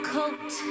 coat